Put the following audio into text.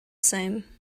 same